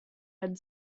had